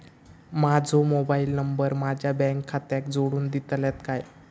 माजो mobile number माझ्या bank खात्याक जोडून दितल्यात काय?